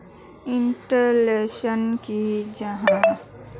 Insurance की जाहा?